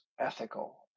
ethical